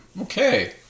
okay